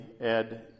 ed